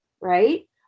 Right